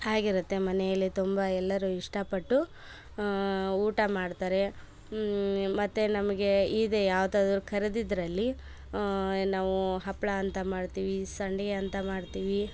ಆಗಿರುತ್ತೆ ಮನೆಯಲ್ಲಿ ತುಂಬ ಎಲ್ಲರು ಇಷ್ಟಪಟ್ಟು ಊಟ ಮಾಡ್ತಾರೆ ಮತ್ತು ನಮಗೆ ಇದೆ ಯಾವುದಾದರೂ ಕರೆದಿದ್ದರಲ್ಲಿ ನಾವು ಹಪ್ಪಳ ಅಂತ ಮಾಡ್ತೀವಿ ಸಂಡಿಗೆ ಅಂತ ಮಾಡ್ತೀವಿ